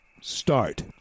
start